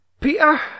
Peter